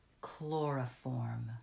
chloroform